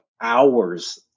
hours